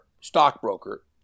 stockbroker